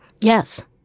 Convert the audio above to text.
Yes